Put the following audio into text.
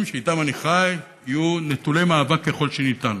שאיתם אני חי יהיו נטולי מאבק ככל שניתן,